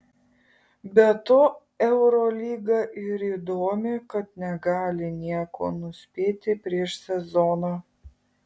bet tuo eurolyga ir įdomi kad negali nieko nuspėti prieš sezoną